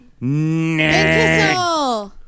Nah